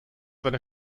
seine